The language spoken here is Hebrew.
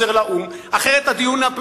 אחרת הנושא חוזר לאו"ם,